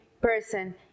person